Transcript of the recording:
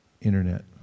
internet